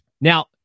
Now